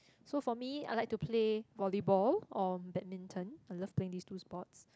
so for me I like to play volleyball or badminton I love playing these two sports